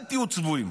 אל תהיו צבועים,